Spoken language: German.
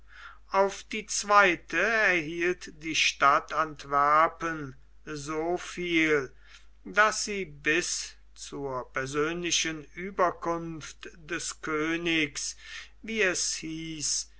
auf die zweite erhielt die stadt antwerpen so viel daß sie bis zur persönlichen ueberkunft des königs wie es hieß